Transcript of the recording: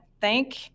thank